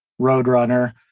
Roadrunner